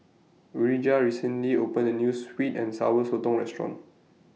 Urijah recently opened A New Sweet and Sour Sotong Restaurant